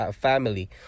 family